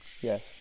Yes